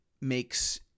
makes